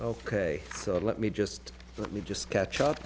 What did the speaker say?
ok so let me just let me just catch up